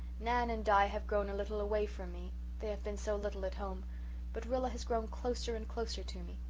nan and di have grown a little away from me they have been so little at home but rilla has grown closer and closer to me.